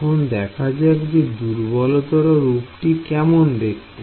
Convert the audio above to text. এখন দেখা যাক যে দুর্বলতর রূপটি কেমন দেখতে